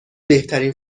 بهترین